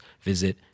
visit